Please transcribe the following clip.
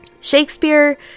Shakespeare